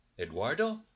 Eduardo